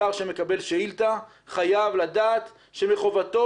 שר שמקבל שאילתה חייב לדעת שמחובתו